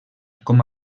com